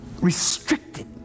restricted